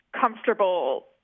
comfortable